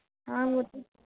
हाँ मुझे